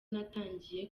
natangiye